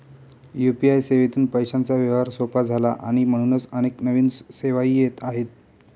UPI सेवेतून पैशांचा व्यवहार सोपा झाला आणि म्हणूनच अनेक नवीन सेवाही येत आहेत